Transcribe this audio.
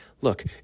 Look